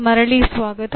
ಮರಳಿ ಸ್ವಾಗತ